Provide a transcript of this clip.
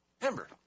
Remember